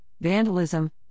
vandalism